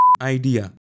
idea